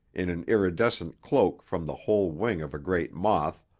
in an iridescent cloak from the whole wing of a great moth,